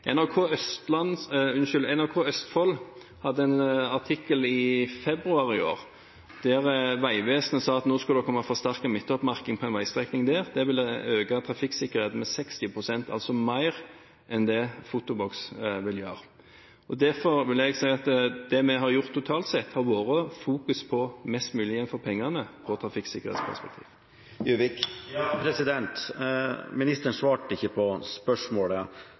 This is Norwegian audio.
NRK Østfold hadde en artikkel i februar i år der Vegvesenet sa at nå skulle det komme forsterket midtoppmerking på en veistrekning der. Det ville øke trafikksikkerheten med 60 pst., altså mer enn det en fotoboks vil gjøre. Derfor vil jeg si at det vi har gjort totalt sett, har vært med fokus på å få mest mulig igjen for pengene og trafikksikkerhetsperspektivet. Ministeren svarte ikke på spørsmålet.